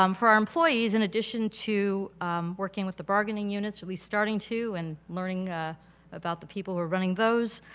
um for our employees, in addition to working with the bargaining units, we'll be starting too and learning about the people who are running those,